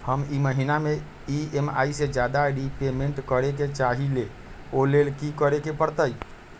हम ई महिना में ई.एम.आई से ज्यादा रीपेमेंट करे के चाहईले ओ लेल की करे के परतई?